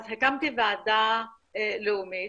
הקמתי ועדה לאומית,